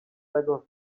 tego